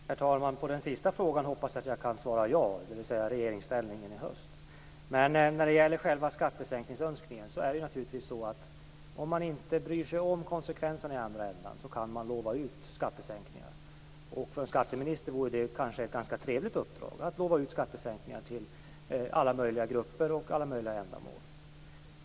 Herr talman! På den sista frågan hoppas jag att jag kan svara ja, dvs. att vi sitter kvar i regeringsställning i höst. Men när det gäller själva skattesänkningsönskningen är det ju så att om man inte bryr sig om konsekvenserna i andra ändan kan man lova ut skattesänkningar. Det vore kanske ett ganska trevligt uppdrag för en skatteminister att lova ut skattesänkningar till alla möjliga grupper och alla möjliga ändamål.